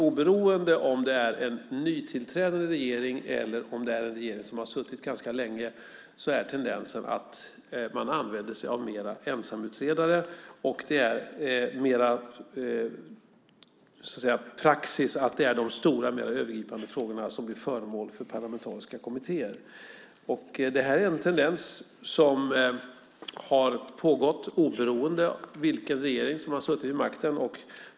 Oberoende av om det är en nytillträdande regering eller en regering som har suttit ganska länge är tendensen att man använder mer ensamutredare. Praxis är att det mer är de stora, övergripande frågorna som blir föremål för parlamentariska kommittéer. Det här är en tendens som har pågått oberoende av vilken regering som har suttit vid makten.